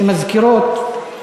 שמזכירות,